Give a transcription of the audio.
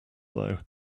though